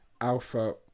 Alpha